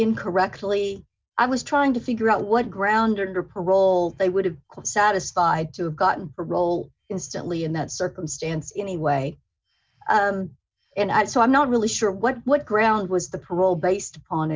in correctly i was trying to figure out what ground or parole they would have satisfied to have gotten her role instantly in that circumstance anyway and so i'm not really sure what what ground was the parole based upon